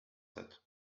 sept